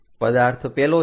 પદાર્થ પેલો છે